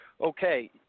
okay